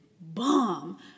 bomb